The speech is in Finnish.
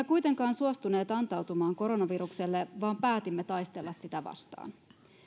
kuitenkaan suostuneet antautumaan koronavirukselle vaan päätimme taistella sitä vastaan